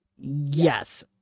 Yes